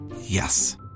Yes